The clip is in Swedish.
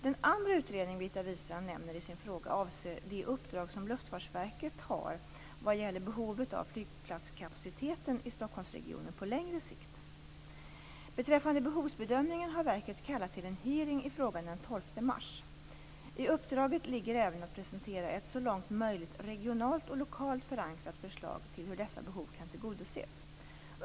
Den andra utredning Birgitta Wistrand nämner i sin fråga avser det uppdrag som Luftfartsverket har vad gäller behovet av flygplatskapacitet i Stockholmsregionen på längre sikt. Beträffande behovsbedömningen har verket kallat till en hearing i frågan den 12 mars. I uppdraget ligger även att presentera ett så långt möjligt regionalt och lokalt förankrat förslag till hur dessa behov kan tillgodoses.